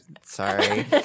sorry